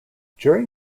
during